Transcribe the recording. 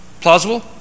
Plausible